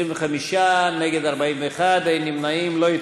קבוצת סיעת הרשימה המשותפת וקבוצת סיעת מרצ לסעיף 9 לא נתקבלה.